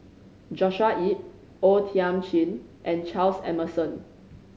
Joshua Ip O Thiam Chin and Charles Emmerson